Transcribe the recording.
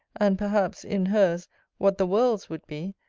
and, perhaps, in hers what the world's would be,